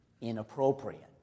inappropriate